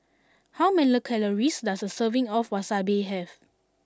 how many calories does a serving of Wasabi have